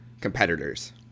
competitors